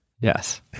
Yes